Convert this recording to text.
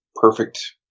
perfect